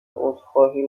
عذرخواهی